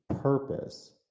purpose